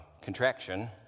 contraction